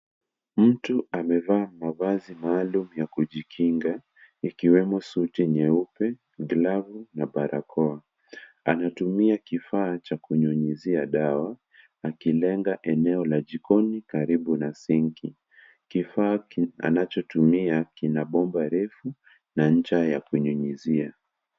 Mtu amevaa mavazi maalum ya kujikinga yakiwemo suti nyeupe, glavu na barakoa. Anatumia kifaa cha kunyunyizia dawa, akilenga eneo la jikoni karibu na sinki. Kifaa anachotumia kina bomba refu na ncha ya kunyunyizia.